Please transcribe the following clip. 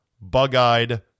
bug-eyed